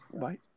Bye